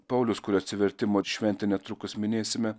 paulius kurio atsivertimo šventę netrukus minėsime